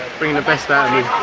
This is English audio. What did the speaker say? bringing the best out of me.